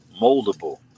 moldable